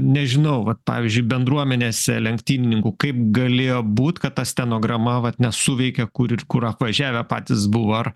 nežinau vat pavyzdžiui bendruomenėse lenktynininkų kaip galėjo būt kad ta stenograma vat nesuveikė kur ir kur apvažiavę patys buvo ar